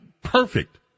perfect